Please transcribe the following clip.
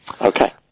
Okay